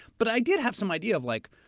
but i did have some idea of like,